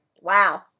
Wow